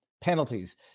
penalties